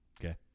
Okay